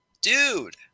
dude